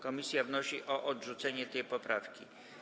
Komisja wnosi o odrzucenie tej poprawki.